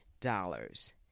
dollars